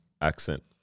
accent